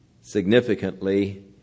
Significantly